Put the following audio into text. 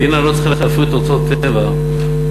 מדינה לא צריכה להפריט אוצרות טבע שלה,